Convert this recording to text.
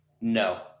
No